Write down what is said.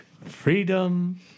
freedom